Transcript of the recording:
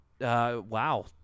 Wow